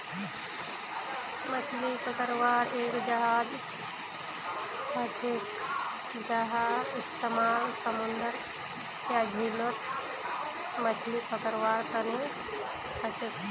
मछली पकड़वार एक जहाज हछेक जहार इस्तेमाल समूंदरत या झीलत मछली पकड़वार तने हछेक